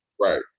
Right